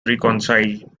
reconciled